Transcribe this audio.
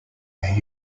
where